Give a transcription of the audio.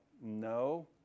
no